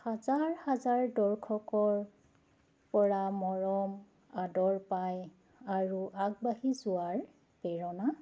হাজাৰ হাজাৰ দৰ্শকৰ পৰা মৰম আদৰ পায় আৰু আগবাঢ়ি যোৱাৰ প্ৰেৰণা